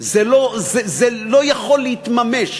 זה לא יכול להתממש.